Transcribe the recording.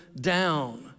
down